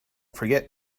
forget